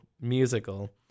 musical